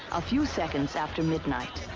a few seconds after midnight.